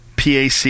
pac